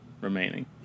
remaining